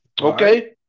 Okay